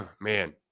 Man